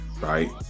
right